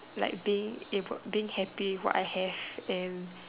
like being able being happy with what I have and